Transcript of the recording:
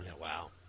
wow